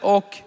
Och